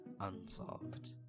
unsolved